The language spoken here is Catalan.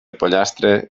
pollastre